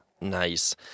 Nice